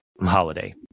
holiday